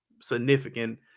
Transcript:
significant